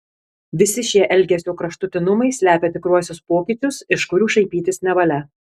visi šie elgesio kraštutinumai slepia tikruosius pokyčius iš kurių šaipytis nevalia